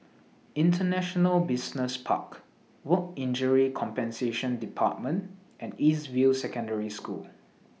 International Business Park Work Injury Compensation department and East View Secondary School